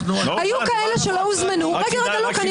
היו כאלה שלא הוזמנו --- רק חיזקתי את